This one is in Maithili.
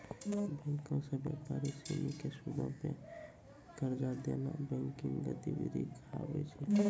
बैंको से व्यापारी सिनी के सूदो पे कर्जा देनाय बैंकिंग गतिविधि कहाबै छै